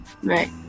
right